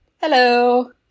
Hello